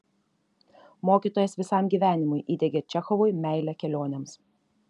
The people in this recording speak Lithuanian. mokytojas visam gyvenimui įdiegė čechovui meilę kelionėms